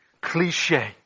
cliche